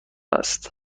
است